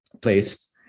place